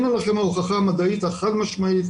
הנה לכם ההוכחה המדעית החד משמעית,